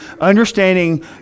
understanding